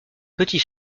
petit